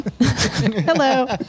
Hello